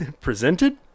presented